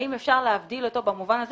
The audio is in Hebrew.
האם אפשר להבדיל אותו במובן הזה